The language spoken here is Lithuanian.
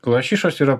lašišos yra